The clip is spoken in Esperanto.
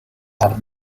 ĉar